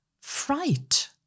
fright